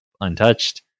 untouched